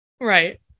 Right